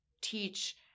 teach